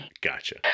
Gotcha